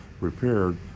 repaired